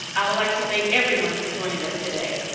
i would like to thank everyone for joining us today.